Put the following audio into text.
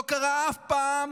לא קרה אף פעם